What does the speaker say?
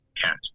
cat